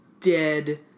dead